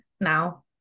now